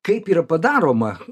kaip yra padaroma